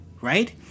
right